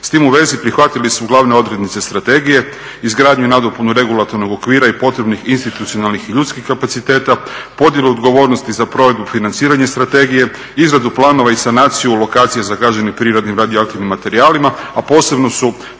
S tim u vezi prihvatili su glavne odrednice strategije, izgradnju i nadopuni regulatornog okvira i potrebnih institucionalnih i ljudskih kapaciteta, podjelu odgovornosti za provedbu i financiranje strategije, izradu planova i sanaciju lokacije zagađenim prirodnim radioaktivnim materijalima, a posebno su